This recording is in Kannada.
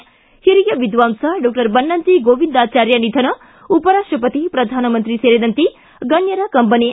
ಿ ಹಿರಿಯ ವಿದ್ವಾಂಸ ಡಾಕ್ವರ್ ಬನ್ನಂಜೆ ಗೋವಿಂದಾಚಾರ್ಯ ನಿಧನ ಉಪರಾಷ್ಟಪತಿ ಪ್ರಧಾನಮಂತ್ರಿ ಸೇರಿದಂತೆ ಗಣ್ಯರ ಕಂಬನಿ